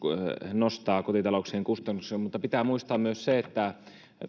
nostaa kotitalouksien kustannuksia mutta pitää muistaa myös se että